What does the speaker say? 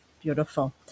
Beautiful